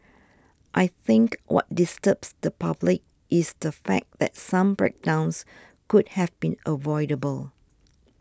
I think what disturbs the public is the fact that some breakdowns could have been avoidable